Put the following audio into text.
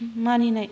मानिनाय